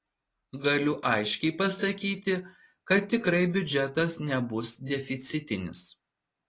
galiu aiškiai pasakyti kad tikrai biudžetas nebus deficitinis